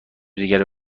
دیگری